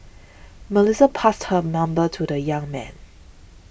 Melissa passed her number to the young man